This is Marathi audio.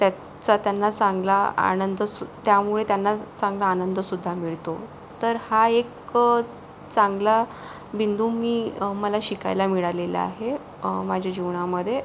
त्याचा त्यांना चांगला आनंद सु त्यामुळे त्यांना चांगला आनंद सुद्धा मिळतो तर हा एक चांगला बिंदू मी मला शिकायला मिळालेला आहे माझ्या जीवनामध्ये